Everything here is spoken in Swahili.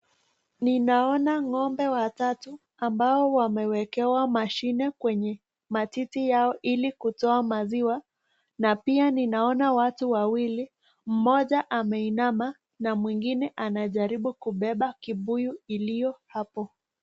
Ninaona ngombe watatu, ambao wamewekewa mashini kwenye matiti yao ili kutoa maziwa, na pia ninaona watu wawili, moja ameinama na mwingine anajaribu kubeba kibuyu iliyo hapo.